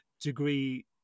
degree